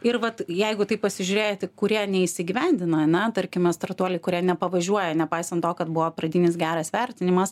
ir vat jeigu taip pasižiūrėti kurie neįsigyvendina ane tarkime startuoliai kurie nepavažiuoja nepaisant to kad buvo pradinis geras vertinimas